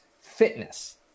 fitness